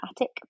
attic